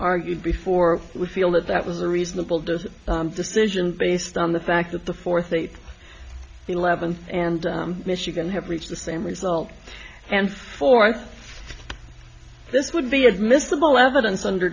argued before we feel that that was a reasonable doubt decision based on the fact that the fourth eight eleven and michigan have reached the same result and fourth this would be admissible evidence under